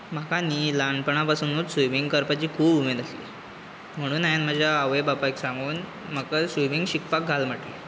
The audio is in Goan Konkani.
म्हाका न्ही ल्हानपणापसुनूच स्विमींग करपाची खूब उमेद आशिल्ली म्हणून हावें म्हज्या आवय बापायक सांगून म्हाका स्विमिंग शिकपाक घाल म्हटलें